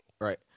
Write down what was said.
right